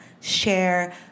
share